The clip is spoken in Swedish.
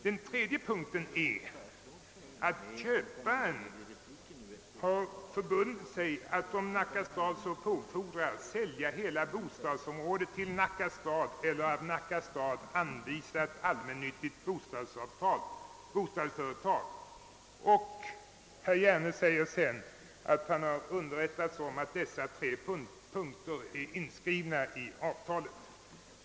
Den tredje punkten är att köparen har förbundit sig att, om Nacka stad så påfordrar, försälja hela bostadsområdet till Nacka stad eller av Nacka stad anvisat allmännyttigt bostadsföretag. Herr Hjerne säger sedan, att han har underrättats om att dessa tre punkter är inskrivna i avtalet.